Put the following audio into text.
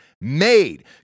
made